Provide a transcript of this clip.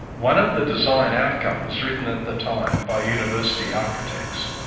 one of the design outcomes written at the time, by university architects,